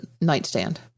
nightstand